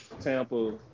Tampa